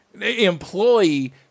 Employee